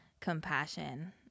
compassion